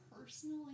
personally